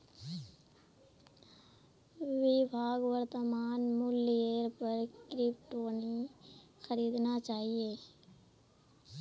विभाक वर्तमान मूल्येर पर क्रिप्टो नी खरीदना चाहिए